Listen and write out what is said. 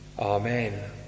Amen